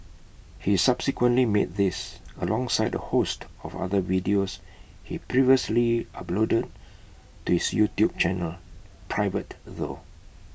he subsequently made these alongside A host of other videos he previously uploaded to his YouTube channel private though